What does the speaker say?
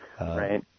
Right